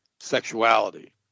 sexuality